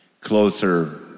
closer